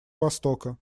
востока